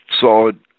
solid